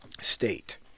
state